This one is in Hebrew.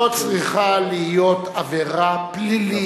זו צריכה להיות עבירה פלילית.